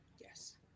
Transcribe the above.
yes